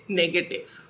negative